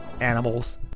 Animals